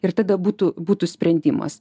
ir tada būtų būtų sprendimas